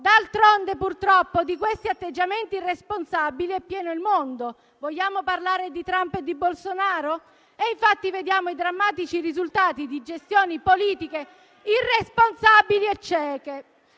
D'altronde purtroppo di questi atteggiamenti irresponsabili è pieno il mondo. Vogliamo parlare di Trump e di Bolsonaro? E infatti vediamo i drammatici risultati di gestioni politiche irresponsabili e cieche.